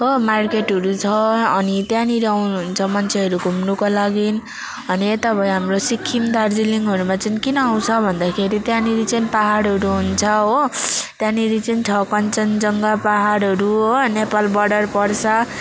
हो मार्केटहरू छ अनि त्यहाँनेरि आउनु हुन्छ मान्छेहरू घुम्नुको लागि अनि यता भयो हाम्रो सिक्किम दार्जिलिङहरूमा चाहिँ किन आउँछ भन्दाखेरि त्यहाँनेरि चाहिँ पहाडहरू हुन्छ हो त्यहाँनेरि चाहिँ छ कञ्चनजङ्गा पहाडहरू हो नेपाल बर्डर पर्छ